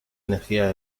energía